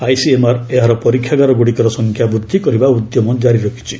ICMR ଏହାର ପରୀକ୍ଷାଗାରଗୁଡ଼ିକର ସଂଖ୍ୟା ବୃଦ୍ଧି କରିବା ଉଦ୍ୟମ କାରି ରଖିଛି